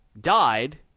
died –